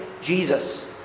Jesus